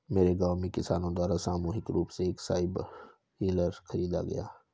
मेरे गांव में किसानो द्वारा सामूहिक रूप से एक सबसॉइलर खरीदा गया